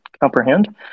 comprehend